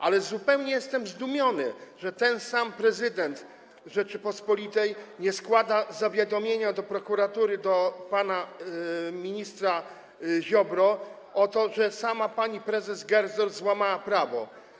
Ale jestem zupełnie zdumiony, że ten sam prezydent Rzeczypospolitej nie składa zawiadomienia do prokuratury, do pana ministra Ziobry, o tym, że sama pani prezes Gersdorf złamała prawo.